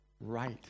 Right